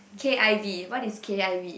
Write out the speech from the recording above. K_I_V what is K_I_V